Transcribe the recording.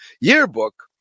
yearbook